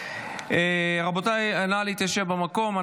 רבותיי, נא להתיישב במקום.